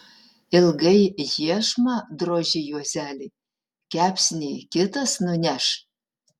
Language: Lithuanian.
ilgai iešmą droži juozeli kepsnį kitas nuneš